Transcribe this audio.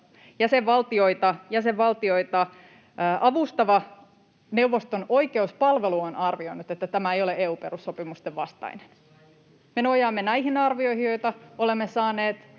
Jäsenvaltioita avustava neuvoston oikeuspalvelu on arvioinut, että tämä ei ole EU:n perussopimusten vastainen. Me nojaamme näihin arvioihin, joita olemme saaneet,